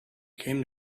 came